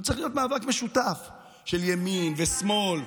שהוא צריך להיות מאבק משותף של ימין ושמאל,